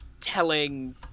telling